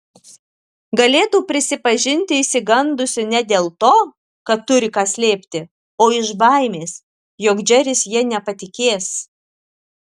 galėtų prisipažinti išsigandusi ne dėl to kad turi ką slėpti o iš baimės jog džeris ja nepatikės